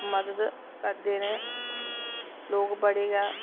मदद करदे न लोग बड़े गै